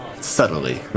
Subtly